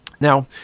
Now